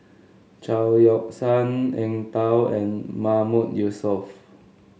Chao Yoke San Eng Tow and Mahmood Yusof